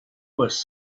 was